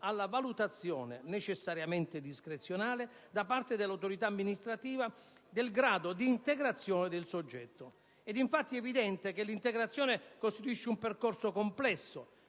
alla valutazione (necessariamente discrezionale), da parte dell'autorità amministrativa, del grado di integrazione del soggetto. È infatti evidente che l'integrazione costituisce un percorso complesso,